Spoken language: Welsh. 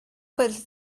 gweddill